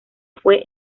fue